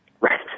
Right